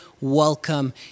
welcome